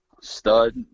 Stud